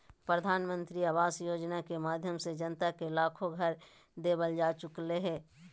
प्रधानमंत्री आवास योजना के माध्यम से जनता के लाखो घर देवल जा चुकलय हें